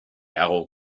hago